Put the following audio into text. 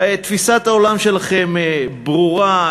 תפיסת העולם שלכם ברורה,